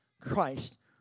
Christ